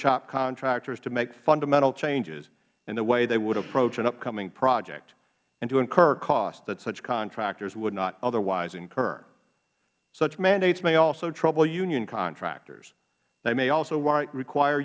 shop contractors to make fundamental changes in the way they would approach an upcoming project and to incur costs that such contractors would not otherwise incur such mandates may also trouble union contractors they also may require